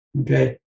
okay